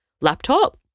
laptop